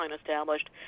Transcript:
established